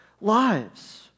lives